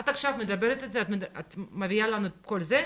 את עכשיו מדברת על זה, את מביאה לנו את כל זה,